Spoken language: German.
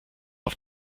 auf